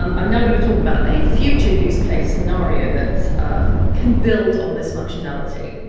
um i'm now going to talk about a future use case scenario that can build on this functionality.